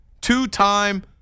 Two-time